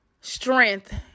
strength